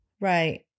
Right